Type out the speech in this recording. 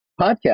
podcast